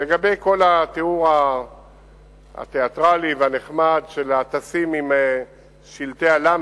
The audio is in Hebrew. לגבי כל התיאור התיאטרלי והנחמד של הטסים עם שלטי ה"ל"